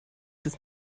bis